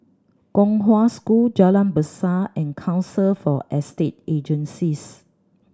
Kong Hwa School Jalan Besar and Council for Estate Agencies